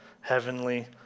heavenly